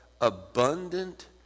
abundant